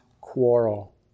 quarrel